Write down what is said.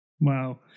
Wow